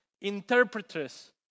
interpreters